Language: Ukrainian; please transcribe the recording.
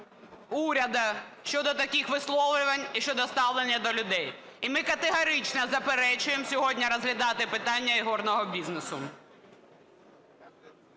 Уряду щодо таких висловлювань і щодо ставлення до людей. І ми категорично заперечуємо сьогодні розглядати питання ігорного бізнесу.